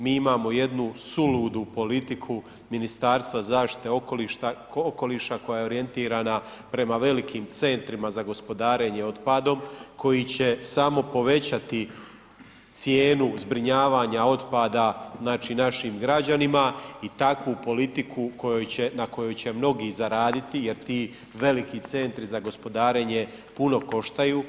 Mi imamo jednu suludu politiku Ministarstva zaštite okoliša koja je orijentirana prema velikim centrima za gospodarenje otpadom koji će samo povećati cijenu zbrinjavanja otpada našim građanima i takvu politiku na kojoj će mnogi zaraditi jer ti veliki centri za gospodarenje puno koštaju.